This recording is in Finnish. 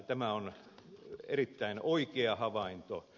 tämä on erittäin oikea havainto